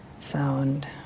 sound